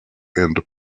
and